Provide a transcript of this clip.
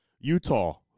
Utah